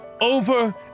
over